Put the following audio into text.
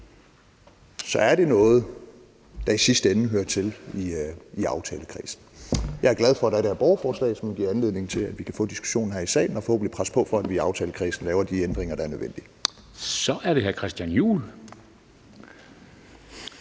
er noget, der i sidste ende hører til i aftalekredsen. Jeg er glad for, at der er det her borgerforslag, som giver anledning til, at vi kan få diskussionen her i salen og forhåbentlig presse på, for at vi i aftalekredsen laver de ændringer, der er nødvendige. Kl. 10:57 Formanden